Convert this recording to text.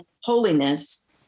holiness